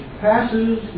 passes